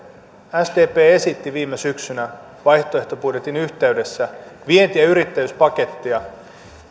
sdp esitti viime syksynä vaihtoehtobudjetin yhteydessä vienti ja yrittäjyyspakettia